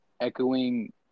echoing